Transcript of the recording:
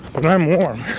and i'm warm.